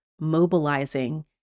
mobilizing